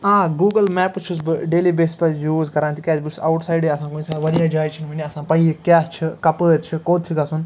آ Google maps چھُس بہٕ ڈٮ۪لی بیٚسِز پٮ۪ٹھ یوٗز کران تِکیٛازِ بہٕ چھُس آوُٹ سایڈٕے آسان کُنہِ ساتہٕ واریاہ جایہِ چھِنہٕ ؤنۍ آسان پَیی کیٛاہ چھِ کَپٲرۍ چھِ کوٚت چھِ گژھُن